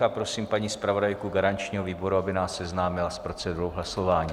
A prosím paní zpravodajku garančního výboru, aby nás seznámila s procedurou v hlasování.